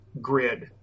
grid